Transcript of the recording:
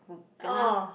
who kena